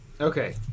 Okay